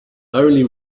only